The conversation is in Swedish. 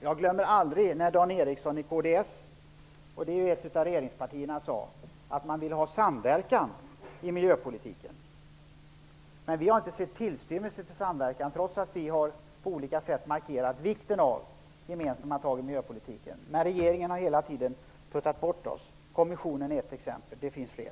Jag glömmer aldrig när Dan Ericsson från kds -- ett av regeringspartierna -- sade att man ville ha samverkan i miljöpolitiken. Men vi har inte sett tillstymmelse till samverkan, trots att vi på olika sätt har markerat vikten av gemensamma tag i miljöpolitiken. Regeringen har hela tiden puttat bort oss. Kommissionen är ett exempel, men det finns fler.